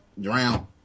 drown